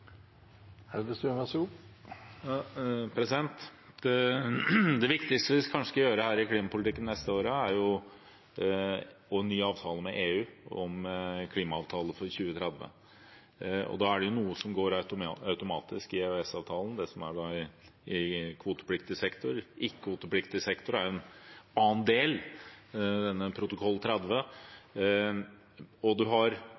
Det kanskje viktigste vi skal gjøre her i klimapolitikken de neste årene, er å få en ny avtale med EU om klimaavtale for 2030. Da er det noe som går automatisk i EØS-avtalen, det som er i kvotepliktig sektor. Ikke-kvotepliktig sektor er en annen del, protokoll 31, og man har